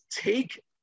take